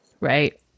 Right